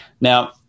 Now